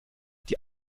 die